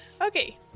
Okay